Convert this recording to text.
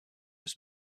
was